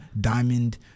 Diamond